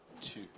Two